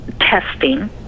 testing